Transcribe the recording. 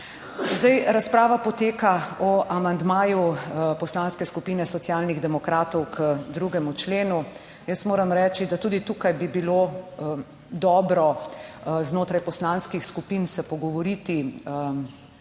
Razprava poteka o amandmaju Poslanske skupine Socialnih demokratov k 2. členu. Jaz moram reči, da tudi tukaj bi bilo dobro znotraj poslanskih skupin, se pogovoriti